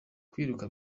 kwiruka